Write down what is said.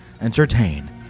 entertain